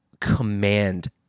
command